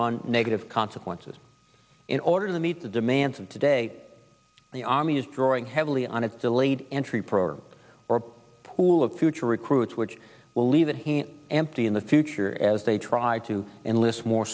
run negative consequences in order to meet the demands of today the army is drawing heavily on a delayed entry program or pool of future recruits which will leave it empty in the future as they try to enlist more